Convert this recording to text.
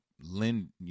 lend